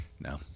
No